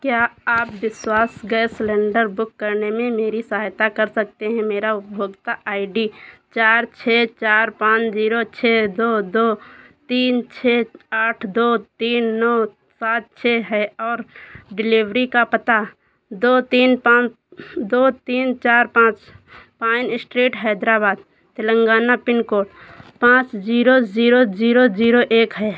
क्या आप Vishwas gas cylinder book करने में मेरी सहायता कर सकते हैं मेरा उपभोक्ता आई डी चार छह चार पाँच ज़ीरो छह दो दो तीन छह आठ दो तीन नौ सात छह है और डिलिवरी का पता दो तीन पाँच दो तीन चार पाँच pine street Hyderabad Telangana pin code पाँच ज़ीरो ज़ीरो ज़ीरो ज़ीरो एक है